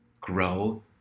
grow